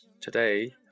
Today